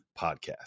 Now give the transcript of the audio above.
podcast